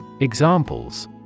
Examples